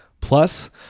Plus